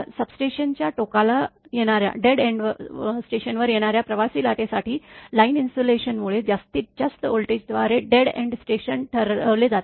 सबस्टेशनच्या टोकाला येणाऱ्या dead end स्टेशनवर येणाऱ्या प्रवासी लाटेसाठी लाईन इन्सुलेशनमुळे जास्तीत जास्त व्होल्टेजद्वारे डेड एंड स्टेशन ठरवले जाते